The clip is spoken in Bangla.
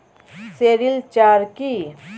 সেরিলচার কি?